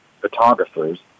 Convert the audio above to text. photographers